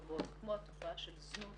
זה טוב שיש הפרדת רשויות בישראל,